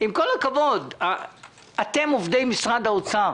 עם כל הכבוד, אתם עובדי משרד האוצר,